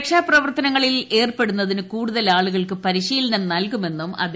ര്ക്ഷ്യപ്രവർത്തനങ്ങളിൽ ഏർപ്പെടുന്നതിന് കൂടുതൽ ആളുകൾക്ക് പരിശീലനം നൽകുമെന്നും അദ്ദേഹം പറഞ്ഞു